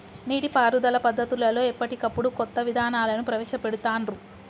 నీటి పారుదల పద్దతులలో ఎప్పటికప్పుడు కొత్త విధానాలను ప్రవేశ పెడుతాన్రు